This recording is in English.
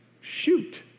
shoot